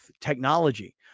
technology